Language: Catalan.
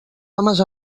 homes